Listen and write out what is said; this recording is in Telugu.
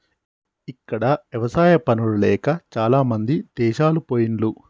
ఇక్కడ ఎవసాయా పనులు లేక చాలామంది దేశాలు పొయిన్లు